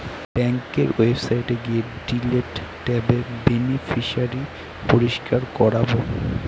ব্যাঙ্কের ওয়েবসাইটে গিয়ে ডিলিট ট্যাবে বেনিফিশিয়ারি পরিষ্কার করাবো